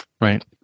right